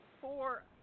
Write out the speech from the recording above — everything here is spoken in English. four